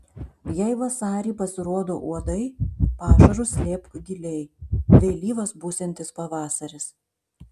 jei vasarį pasirodo uodai pašarus slėpk giliai vėlyvas būsiantis pavasaris